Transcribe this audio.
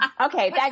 Okay